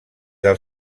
del